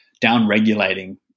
down-regulating